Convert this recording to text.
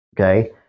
Okay